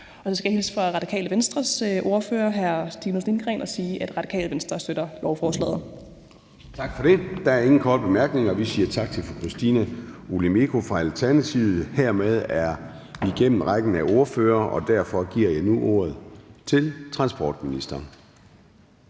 Og så skal jeg hilse fra Radikale Venstres ordfører, hr. Stinus Lindgreen, og sige, at Radikale Venstre støtter lovforslaget. Kl. 14:19 Formanden (Søren Gade): Tak for det. Der er ingen korte bemærkninger. Vi siger tak til fru Christina Olumeko fra Alternativet. Hermed er vi igennem rækken af ordførere, og derfor giver jeg nu ordet til transportministeren.